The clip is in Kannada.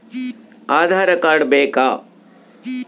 ಆಧಾರ್ ಕಾರ್ಡ್ ಬೇಕಾ?